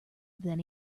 then